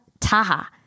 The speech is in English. Taha